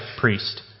priest